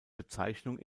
bezeichnung